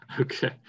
Okay